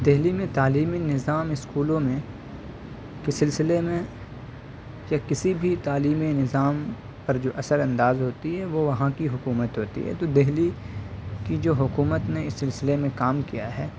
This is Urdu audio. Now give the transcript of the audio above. دہلی میں تعلیمی نظام اسکولوں میں کے سلسلے میں یا کسی بھی تعلیم نظام پر جو اثرانداز ہوتی ہے وہ وہاں کی حکومت ہوتی ہے تو دہلی کی جو حکومت نے اس سلسلے میں کام کیا ہے